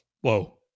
Whoa